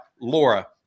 Laura